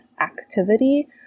activity